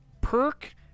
perk